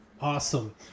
Awesome